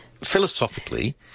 philosophically